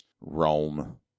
Rome